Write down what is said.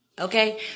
Okay